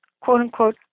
quote-unquote